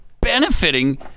benefiting